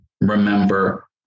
remember